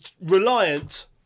reliant